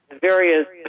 various